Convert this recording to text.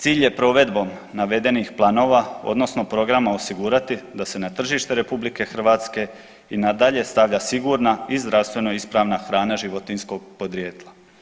Cilj je provedbom navedenih planova odnosno programa osigurati da se na tržište RH i nadalje stavlja sigurna i zdravstveno ispravna hrana životinjskog podrijetla.